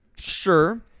Sure